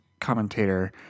commentator